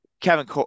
kevin